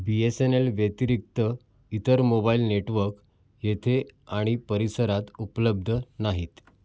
बी S N L व्यतिरिक्त इतर mobile network येथे आणि परिसरात उपलब्ध नाहीत